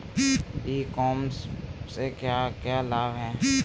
ई commerce से क्या क्या लाभ हैं?